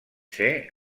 ser